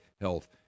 health